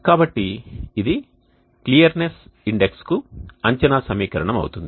కాబట్టి ఇది clearness index కు అంచనా సమీకరణం అవుతుంది